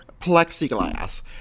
plexiglass